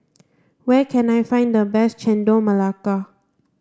where can I find the best Chendol Melaka